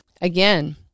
Again